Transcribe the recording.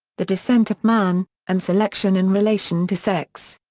the descent of man, and selection in relation to sex.